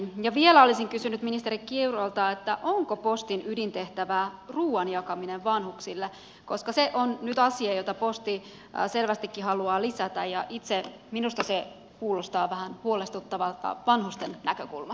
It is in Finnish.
ja vielä olisin kysynyt ministeri kiurulta onko postin ydintehtävää ruuan jakaminen vanhuksille koska se on nyt asia jota posti selvästikin haluaa lisätä ja minusta itsestäni se kuulostaa vähän huolestuttavalta vanhusten näkökulmasta